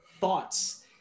thoughts